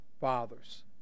fathers